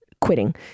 quitting